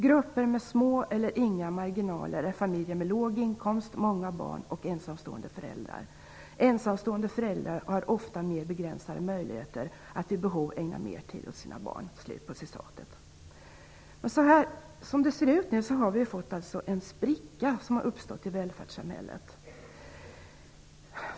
Grupper med små eller inga marginaler är familjer med låg inkomst, många barn och ensamstående föräldrar. Ensamstående föräldrar har ofta mera begränsade möjligheter att vid behov ägna mera tid åt sina barn. Som det nu ser ut har en spricka uppstått i välfärdssamhället.